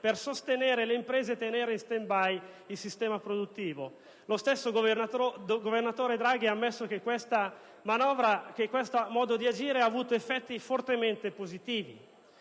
per sostenere le imprese e tenere in *standby* il sistema produttivo. Lo stesso governatore Draghi ha ammesso che questo modo di agire ha avuto effetti fortemente positivi.